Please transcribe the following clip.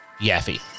Yaffe